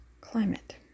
Climate